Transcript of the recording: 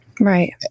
Right